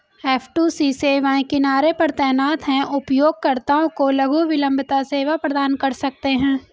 F two C सेवाएं किनारे पर तैनात हैं, उपयोगकर्ताओं को लघु विलंबता सेवा प्रदान कर सकते हैं